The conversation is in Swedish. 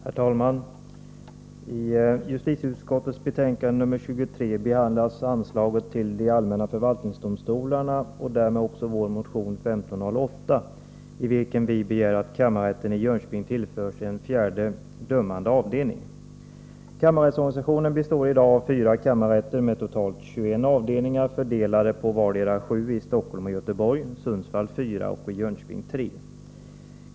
Herr talman! I justitieutskottets betänkande nr 23 behandlas anslaget till de allmänna förvaltningsdomstolarna och därmed också vår motion 1508, i vilken vi begär att kammarrätten i Jönköping tillförs en fjärde dömande avdelning. Kammarrättsorganisationen består i dag av fyra kammarrätter med totalt 21 avdelningar fördelade på vardera sju i Stockholm och Göteborg, fyra i Sundsvall och tre i Jönköping.